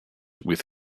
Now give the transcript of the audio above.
with